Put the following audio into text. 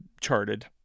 charted